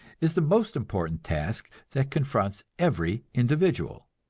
is the most important task that confronts every individual.